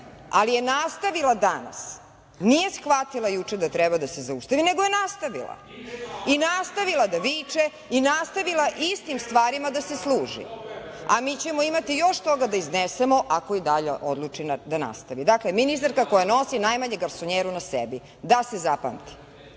ali je nastavila danas, nije shvatila juče da treba da se zaustavi nego je nastavila i nastavila da viče i nastavila istim stvarima da se služi, a mi ćemo imati još toga da iznesmo, ako i dalje odluči da nastavi. Dakle, ministarka koja nosi najmanje garsonjeru na sebi, da se zapamti.